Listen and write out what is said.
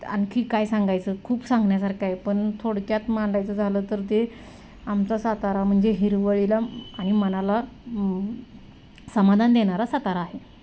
आणखी काय सांगायचं खूप सांगण्यासारखं आहे पण थोडक्यात मांडायचं झालं तर ते आमचा सातारा म्हणजे हिरवळीला आणि मनाला समाधान देणारा सातारा आहे